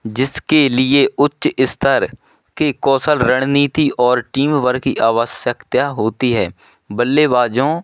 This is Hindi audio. जिसके लिए उच्च स्तर की कौशल रणनीती और टीमवर्क की आवश्यकता होती है बल्लेबाजों